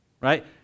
right